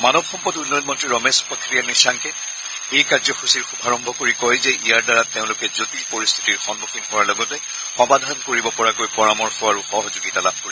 মানৱ সম্পদ উন্নয়ন মন্ত্ৰী ৰমেশ পখৰিয়াল নিশাংকে এই কাৰ্যসূচীৰ শুভাৰম্ভ কৰি কয় যে ইয়াৰ দ্বাৰা তেওঁলোকে জটিল পৰিস্থিতিৰ সন্মুখীন হোৱাৰ লগতে সমাধান কৰিব পৰাকৈ পৰামৰ্শ আৰু সহযোগিতা লাভ কৰিব